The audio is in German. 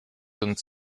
uns